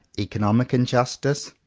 economic injustice,